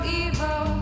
evil